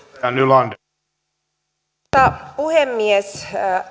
arvoisa puhemies